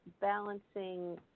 balancing